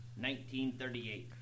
1938